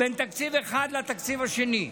בין תקציב אחד לתקציב השני.